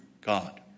God